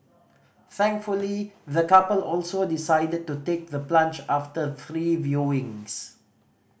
thankfully the couple also decided to take the plunge after three viewings